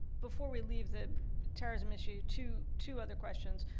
before we leave the terrorism issue two two other questions.